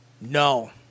No